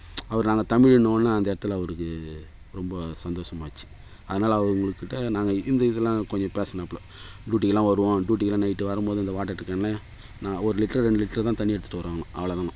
அவர் நாங்கள் தமிழுன்னோடனே அந்த இடத்துல அவருக்கு ரொம்ப சந்தோஷமா ஆச்சு அதனால் அவர் எங்கக்கிட்டே நாங்கள் இந்த இதுலாம் கொஞ்சம் பேசுனாப்பில டூட்டிக்கெல்லாம் வருவோம் டூட்டிக்கெல்லாம் நைட்டு வரும் போது இந்த வாட்டர் கேனு ஆனால் ஒரு லிட்டர் ரெண்டு லிட்டர் தான் தண்ணி எடுத்திட்டு வருவாங்களாம் அவ்ளோதானாம்